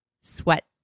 sweat